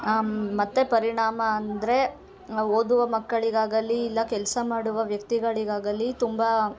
ಮತ್ತು ಪರಿಣಾಮ ಅಂದರೆ ಓದುವ ಮಕ್ಕಳಿಗಾಗಲಿ ಇಲ್ಲ ಕೆಲಸ ಮಾಡುವ ವ್ಯಕ್ತಿಗಳಿಗಾಗಲಿ ತುಂಬ